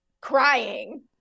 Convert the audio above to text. crying